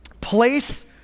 place